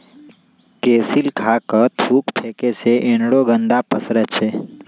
कसेलि खा कऽ थूक फेके से अनेरो गंदा पसरै छै